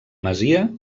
masia